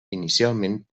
inicialment